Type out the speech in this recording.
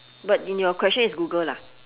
but in your question is google lah